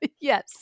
Yes